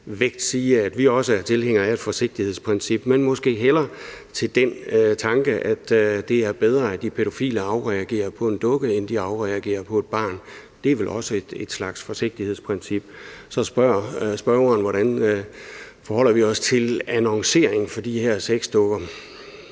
vægt sige, at vi også er tilhængere af et forsigtighedsprincip, men måske hælder til den tanke, at det er bedre, at de pædofile afreagerer på en dukke, end de afreagerer på et barn. Det er vel også et slags forsigtighedsprincip. Så spørger spørgeren, hvordan vi forholder os til annoncering af de her sexdukker.